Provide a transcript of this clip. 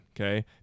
okay